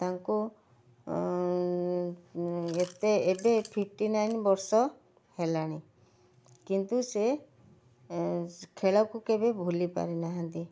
ତାଙ୍କୁ ଏତେ ଏବେ ଫିପଟି ନାଇନ୍ ବର୍ଷ ହେଲାଣି କିନ୍ତୁ ସେ ଖେଳକୁ କେବେ ଭୁଲିପାରିନାହାଁନ୍ତି